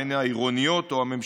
בין אם אלה העירוניות או הממשלתיות,